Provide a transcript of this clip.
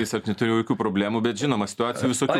tiesiog neturėjau jokių problemų bet žinoma situacijų visokių